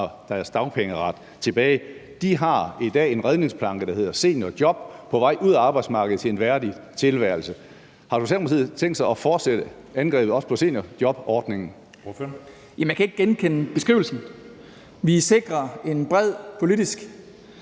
deres dagpengeret tilbage. De har i dag en redningsplanke, der hedder seniorjob, på vej ud af arbejdsmarkedet til en værdig tilværelse. Har Socialdemokratiet tænkt sig at fortsætte angrebet også på seniorjobordningen? Kl. 10:19 Anden næstformand (Jeppe Søe):